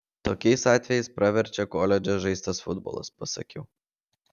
tokiais atvejais praverčia koledže žaistas futbolas pasakiau